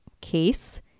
case